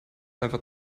einfach